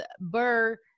Burr